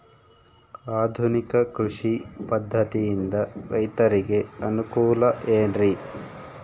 ಆಧುನಿಕ ಕೃಷಿ ಪದ್ಧತಿಯಿಂದ ರೈತರಿಗೆ ಅನುಕೂಲ ಏನ್ರಿ?